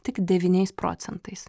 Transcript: tik devyniais procentais